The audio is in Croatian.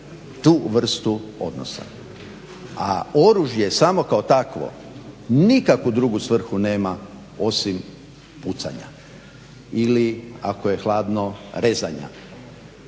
tu vrstu odnosa. A oružje samo kao takvo nikakvu drugu svrhu nema osim pucanja ili ako je hladno rezanja.